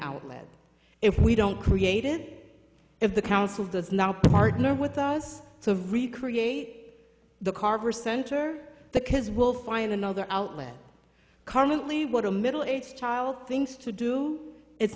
outlet if we don't create it if the council does now partner with us to recreate the carver center the kids will find another outlet currently what are middle aged child things to do it's